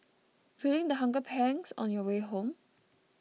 feeling the hunger pangs on your way home